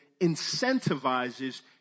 incentivizes